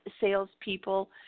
salespeople